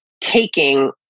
taking